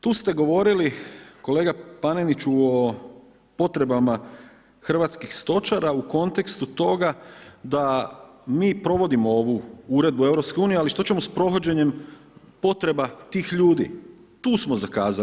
Tu ste govorili kolega Paneniću o potrebama hrvatskih stočara u kontekstu toga da mi provodimo ovu uredbu EU, ali što ćemo s provođenjem potreba tih ljudi, tu smo zakazali.